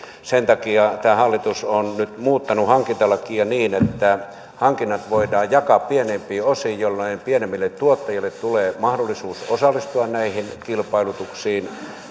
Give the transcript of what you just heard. sen takia tämä hallitus on nyt muuttanut hankintalakia niin että hankinnat voidaan jakaa pienempiin osiin jolloin pienemmille tuottajille tulee mahdollisuus osallistua näihin kilpailutuksiin